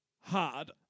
hard